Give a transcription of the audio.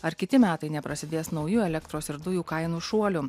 ar kiti metai neprasidės nauju elektros ir dujų kainų šuoliu